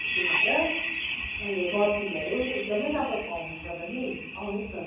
के भन्छ उयो बर्चहिलहरू एकदमै राम्रो ठाउँहरू छ बहिनी आउनुहोस् न